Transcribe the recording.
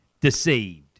deceived